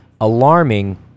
alarming